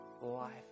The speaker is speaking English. life